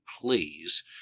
Please